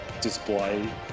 display